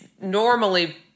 normally